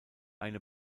eine